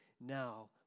now